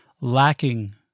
lacking